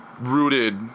rooted